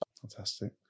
Fantastic